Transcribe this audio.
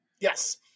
Yes